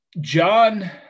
John